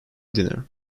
dinner